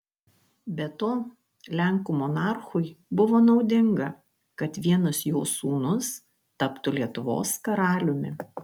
be to lenkų monarchui buvo naudinga kad vienas jo sūnus taptų lietuvos karaliumi